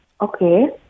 okay